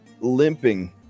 limping